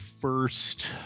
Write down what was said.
first